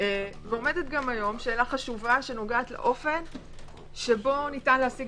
ועומדת גם היום שאלה חשובה שנוגעת לאופן שבו ניתן להשיג